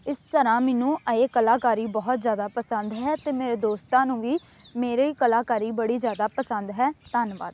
ਇਸ ਤਰ੍ਹਾਂ ਮੈਨੂੰ ਇਹ ਕਲਾਕਾਰੀ ਬਹੁਤ ਜ਼ਿਆਦਾ ਪਸੰਦ ਹੈ ਅਤੇ ਮੇਰੇ ਦੋਸਤਾਂ ਨੂੰ ਵੀ ਮੇਰੀ ਕਲਾਕਾਰੀ ਬੜੀ ਜ਼ਿਆਦਾ ਪਸੰਦ ਹੈ ਧੰਨਵਾਦ